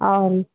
और